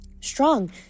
Strong